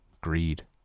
greed